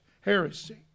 heresy